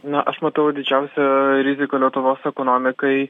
na aš matau didžiausią riziką lietuvos ekonomikai